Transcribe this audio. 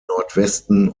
nordwesten